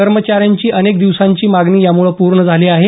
कर्मचाऱ्यांची अनेक दिवसांची मागणी यामुळं पूर्ण झाली आहे